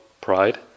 pride